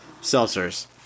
seltzers